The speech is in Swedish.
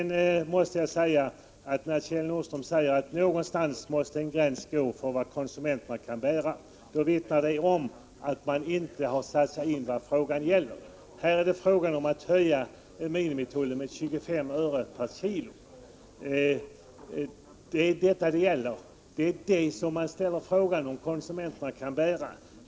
När Kjell Nordström säger att gränsen måste gå någonstans för vad konsumenterna kan bära, vittnar detta om att han inte har satt sig in i vad frågan gäller. Här är det fråga om att höja minimitullen med 25 öre per kilo. Det är detta man undrar om konsumenterna kan bära.